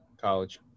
College